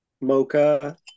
mocha